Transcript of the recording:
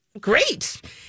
Great